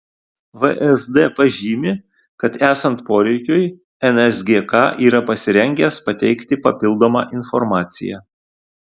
vsd pažymi kad esant poreikiui nsgk yra pasirengęs pateikti papildomą informaciją